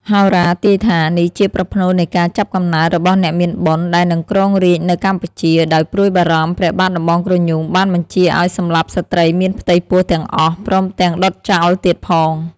ហោរាទាយថា នេះជាប្រផ្នូលនៃការចាប់កំណើតរបស់អ្នកមានបុណ្យ ដែលនឹងគ្រងរាជ្យនៅកម្ពុជា ដោយព្រួយបារម្ភ ព្រះបាទដំបងក្រញូងបានបញ្ជាឱ្យសម្លាប់ស្ត្រីមានផ្ទៃពោះទាំងអស់ ព្រមទាំងដុតចោលទៀតផង។